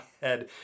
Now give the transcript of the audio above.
head